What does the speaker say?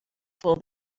full